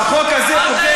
אז תן לי לסכם, בבקשה.